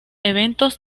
eventos